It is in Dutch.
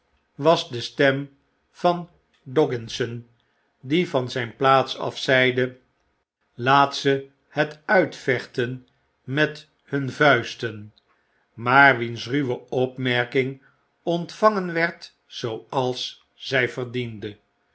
was de stem van dogginson die van zyn plaats af zeide laat ze net uitvechten met hun vuisten maar wiens ruwe opmerking ontvangen werd zooals zy verdiende